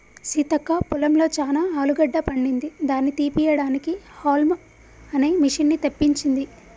సీతక్క పొలంలో చానా ఆలుగడ్డ పండింది దాని తీపియడానికి హౌల్మ్ అనే మిషిన్ని తెప్పించింది